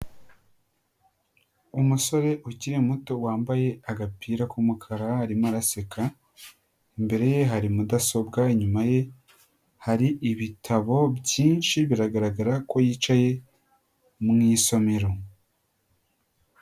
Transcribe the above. Umusore ukiri muto wambaye agapira k'umukara arimo araseka, imbere ye hari mudasobwa, inyuma ye hari ibitabo byinshi biragaragara ko yicaye mu isomero.